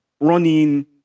running